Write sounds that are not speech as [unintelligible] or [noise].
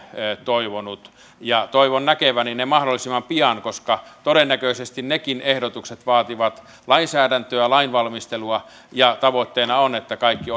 toivonut toivon näkeväni ne mahdollisimman pian koska todennäköisesti nekin ehdotukset vaativat lainsäädäntöä lainvalmistelua ja tavoitteena on että kaikki [unintelligible]